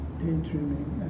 daydreaming